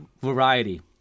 variety